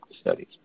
studies